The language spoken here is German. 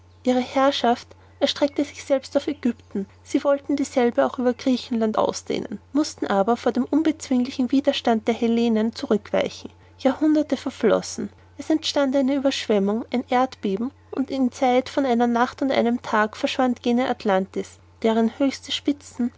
ihre herrschaft erstreckte sich selbst auf aegypten sie wollten dieselbe auch über griechenland ausdehnen mußten aber vor dem unbezwinglichen widerstand der hellenen zurückweichen jahrhunderte verflossen es entstand eine ueberschwemmung ein erdbeben und in zeit von einer nacht und einem tag verschwand jene atlantis deren höchste spitzen